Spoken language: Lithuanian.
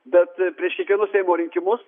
bet prieš kiekvienus seimo rinkimus